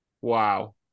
Wow